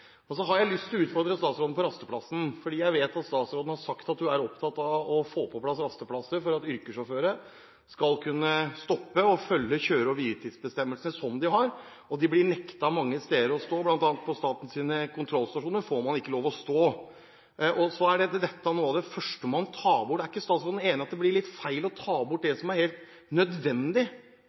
det. Så har jeg lyst til å utfordre statsråden på rasteplasser, for jeg vet at statsråden har sagt at hun er opptatt av å få på plass rasteplasser, slik at yrkessjåfører skal kunne stoppe og følge kjøre- og hviletidsbestemmelsene som de har. De blir nektet å stå mange steder, bl.a. får man ikke stå på statens kontrollstasjoner. Og så er dette noe av det første man tar bort. Er ikke statsråden enig i at det blir litt feil å ta bort det som er helt nødvendig